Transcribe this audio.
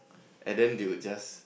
and then they will just